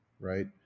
right